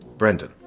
Brendan